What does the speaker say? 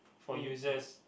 for users